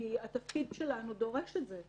כי התפקיד שלנו דורש את זה.